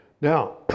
now